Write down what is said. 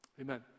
Amen